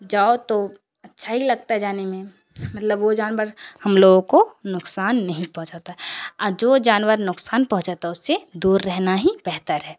جاؤ تو اچھا ہی لگتا ہے جانے میں مطلب وہ جانور ہم لوگوں کو نقصان نہیں پہنچاتا ہے اور جو جانور نقصان پہنچاتا ہے اس سے دور رہنا ہی بہتر ہے